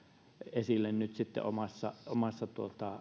esille jo sitten omassa omassa